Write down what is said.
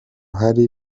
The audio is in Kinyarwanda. hari